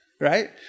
right